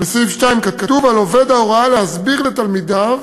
בסעיף 2: "על עובד ההוראה להסביר לתלמידיו